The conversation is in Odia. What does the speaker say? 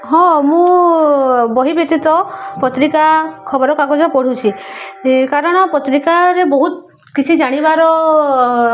ହଁ ମୁଁ ବହି ବ୍ୟତୀତ ପତ୍ରିକା ଖବର କାଗଜ ପଢ଼ୁଛିି କାରଣ ପତ୍ରିକାରେ ବହୁତ କିଛି ଜାଣିବାର